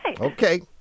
Okay